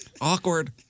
Awkward